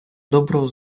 доброго